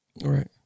Right